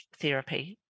therapy